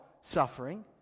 Suffering